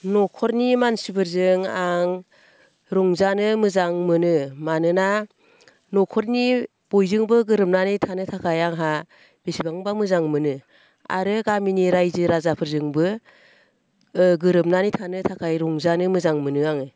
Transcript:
न'खरनि मानसिफोरजों आं रंजानो मोजां मोनो मानोना न'खरनि बयजोंबो गोरोबनानै थानो थाखाय आंहा बेसेबांबा मोजां मोनो आरो गामिनि रायजो राजाफोरजोंबो गोरोबनानै थानो थाखाय रंजानो मोजां मोनो आङो